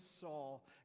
Saul